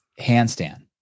handstand